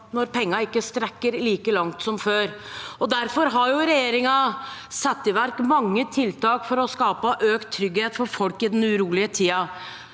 når pengene ikke strekker til like mye som før. Derfor har regjeringen satt i verk mange tiltak for å skape økt trygghet for folk i denne urolige tiden: